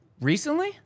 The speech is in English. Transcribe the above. Recently